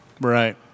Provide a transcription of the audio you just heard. Right